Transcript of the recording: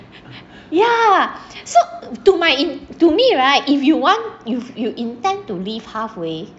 ya so to my in to me right if you want you you intend to leave halfway